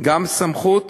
גם סמכות